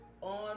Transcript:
on